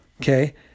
okay